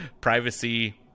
privacy